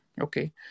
Okay